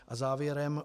A závěrem.